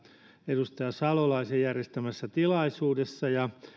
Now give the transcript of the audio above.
edustaja salolaisen järjestämässä tilaisuudessa ja